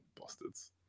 Bastards